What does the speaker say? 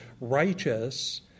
righteous